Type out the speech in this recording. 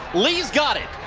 lee's got it.